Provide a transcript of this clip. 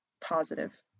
positive